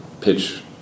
pitch